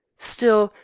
still,